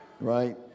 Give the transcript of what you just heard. right